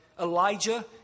Elijah